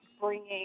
bringing